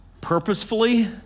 purposefully